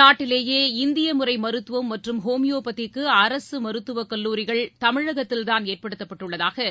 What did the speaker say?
நாட்டிலேயே இந்திய முறை மருத்துவம் மற்றும் ஹோமியோபதிக்கு அரசு மருத்துவ கல்லூரிகள் தமிழகத்தில்தாள் ஏற்படுத்தப்பட்டுள்ளதாக